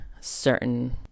certain